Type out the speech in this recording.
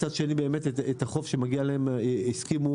מצד שני, את החוב שמגיע להם הסכימו,